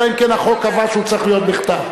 אלא אם כן החוק קבע שהוא צריך להיות בכתב.